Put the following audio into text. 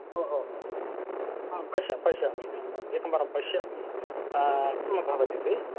ओहो हो पश्य पश्यामि एकवारं पश्यामि किं अभवत् इति